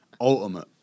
Ultimate